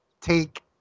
take